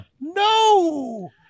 No